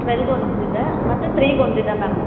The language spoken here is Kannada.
ಟ್ವೆಲ್ಗೊಂದಿದೆ ಮತ್ತು ತ್ರೀಗೆ ಒಂದಿದೆ ಮ್ಯಾಮ್